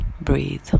breathe